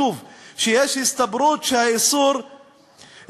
שוב, שיש הסתברות ממשית